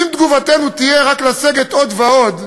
אם תגובתנו תהיה רק לסגת עוד ועוד,